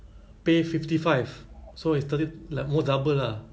pay fifty five so it's thirt~ almost double ah